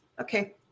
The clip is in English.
Okay